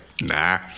nah